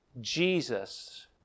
Jesus